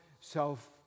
self